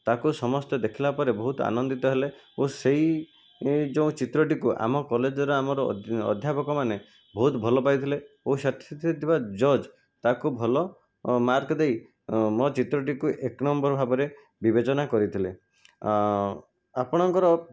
ତା'କୁ ସମସ୍ତେ ଦେଖିଲା ପରେ ବହୁତ ଆନନ୍ଦିତ ହେଲେ ଓ ସେହି ଯେଉଁ ଚିତ୍ରଟିକୁ ଆମର କଲେଜର ଆମର ଅଧ୍ୟାପକମାନେ ବହୁତ ଭଲ ପାଇଥିଲେ ଓ ସେଥିରେ ଥିବା ଜଜ୍ ତାକୁ ଭଲ ମାର୍କ ଦେଇ ମୋ ଚିତ୍ରଟିକୁ ଏକ ନମ୍ବର ଭାବରେ ବିବେଚନା କରିଥିଲେ ଆପଣଙ୍କର